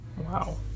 wow